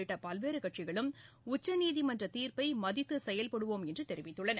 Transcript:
உள்ளிட்டபல்வேறுகட்சிகளும் உச்சநீதிமன்றதீர்ப்பைமதித்துசெயல்படுவோம் என்றுதெரிவித்துள்ளன